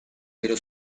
pero